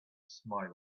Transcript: smiling